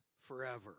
forever